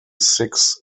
six